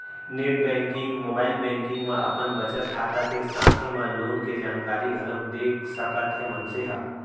net banking, mobile banking म अपन बचत खाता के साथे म लोन के जानकारी घलोक देख सकत हे मनसे ह